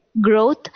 growth